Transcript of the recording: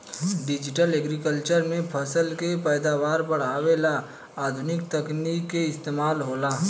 digital agriculture में फसल के पैदावार बढ़ावे ला आधुनिक तकनीक के इस्तमाल होला